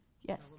Yes